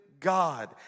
God